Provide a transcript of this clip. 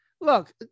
look